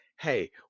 Hey